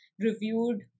reviewed